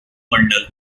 mandal